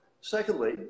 Secondly